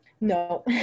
no